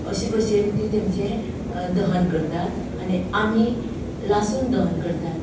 अशे भशेनचें जें दहन करतात आनी आमी लासून दहन करतात